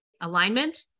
Alignment